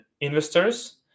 investors